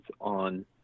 on